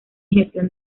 gestión